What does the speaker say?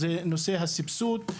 זה נושא הסבסוד,